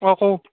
অ' কও